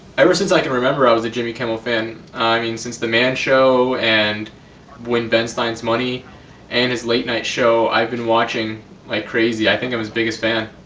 ever since i can remember i was a jimmy kimmel fan. i mean, since the man show and win ben stein's money and his late night show, i've been watching like crazy, i think i'm his biggest fan.